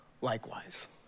likewise